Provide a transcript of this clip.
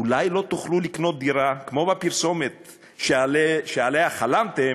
כמו בפרסומת: אולי לא תוכלו לקנות דירה שעליה חלמתם,